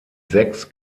sechs